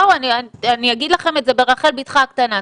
אני אגיד לכם את זה ברחל בתך הקטנה.